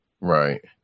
Right